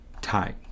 tight